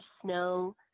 snow